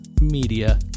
media